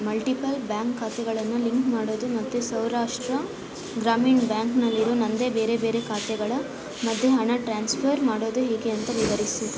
multiple bank ಖಾತೆಗಳನ್ನು link ಮಾಡೋದು ಮತ್ತು ಸೌರಾಷ್ಟ್ರ ಗ್ರಾಮೀಣ ಬ್ಯಾಂಕ್ನಲ್ಲಿರೋ ನನ್ನದೇ ಬೇರೆ ಬೇರೆ ಖಾತೆಗಳ ಮಧ್ಯೆ ಹಣ ಟ್ರಾನ್ಸ್ಫರ್ ಮಾಡೋದು ಹೇಗೆ ಅಂತ ವಿವರಿಸು